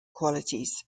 qualities